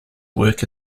work